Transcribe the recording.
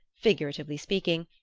figuratively speaking,